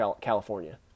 California